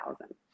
thousand